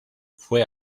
fue